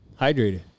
hydrated